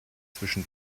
zwischen